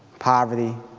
poverty,